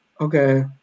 okay